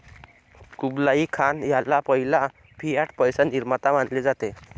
Kublai Khan ह्याला पहिला fiat पैसा निर्माता मानले जाते